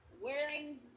wearing